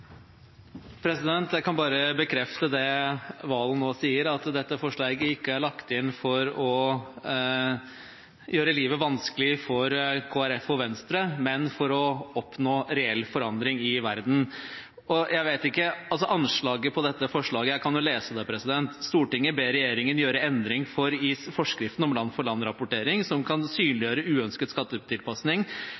lagt inn for å gjøre livet vanskelig for Kristelig Folkeparti og Venstre, men for å oppnå reell forandring i verden. Jeg kan lese forslaget: «Stortinget ber regjeringen gjøre endring i forskriften om land-for-land-rapportering som kan synliggjøre uønsket skattetilpasning, herunder forslag om utvidet land-for-land-rapportering som sikrer en sterkere kobling mellom land-for-land-rapportering og årsregnskap.» Dette er ikke et veldig ekstremt forslag, som